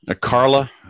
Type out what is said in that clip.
Carla